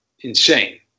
insane